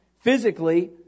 physically